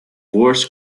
worst